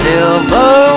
Silver